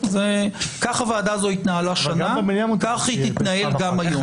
כך הוועדה הזו התנהלה שנה, כך תתנהל גם היום.